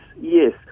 yes